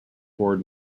toured